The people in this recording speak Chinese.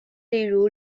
例如